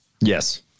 Yes